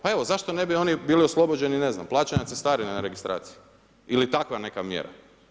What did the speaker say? Pa evo, zašto ne bi oni bili oslobođeni, ne znam, plaćanje cestarina na registraciji ili takva neka mjera.